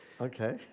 Okay